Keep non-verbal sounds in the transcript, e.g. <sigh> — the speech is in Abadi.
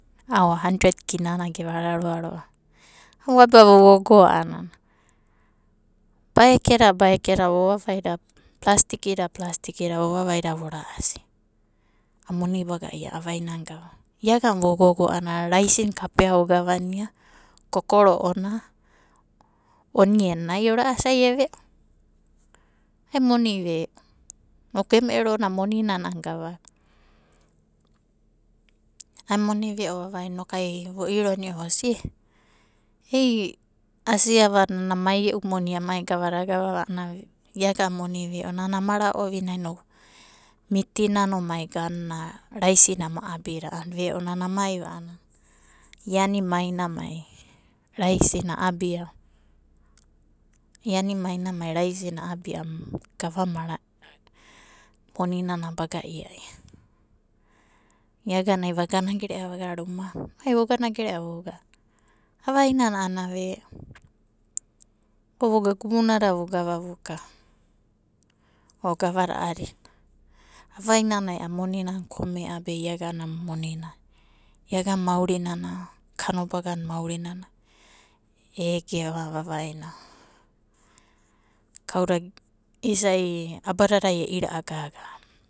A handred kina na geva raroa. Avo abia vogogo anana baikeda, baikeda vo vavaida, plastikida plastikida vo vavaia vo ra'asi. Moni baga ia'ia avainana gavanana. Ia gana vogogo ana raisi kapea ogavania, kokoro'ona, onien na ai o ra'asi e veo. Emu moni veo. Noku emu ero moninana gavaka? Ai moni veo vavaina noku vo eronio vo sia, "ae, a'sia ava nana nai e'u moni a mai gavada agavava. Ana veo, iagana moni veo nana ama ra ovinai noku, miti nano mai gana raisi na ama abiada ana veo. Nana mai va anana, ianimai namai raisi na ia, <unintelligible> ia. Iagana va gana garea va gana rumana". Ai vo gana gerea vogana. Avainana ana veo, o vo gana gubunada vo gava voka o gavad a'adina, avanana ana monina komea gaga'a be ia'a monina. Iaga maurinana kanobagana maorinana egena vavaina kauda isai abadade e ira'a gaga.